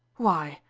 why,